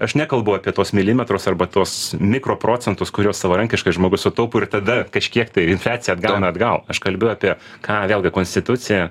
aš nekalbu apie tuos milimetrus arba tuos mikroprocentus kuriuos savarankiškas žmogus sutaupo ir tada kažkiek tai infliacija atgauna atgal aš kalbiu apie ką vėlgi konstitucija